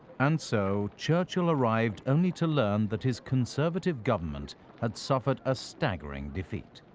and so churchill arrived only to learn that his conservative government had suffered a staggering defeat.